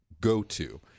go-to